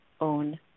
own